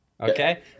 Okay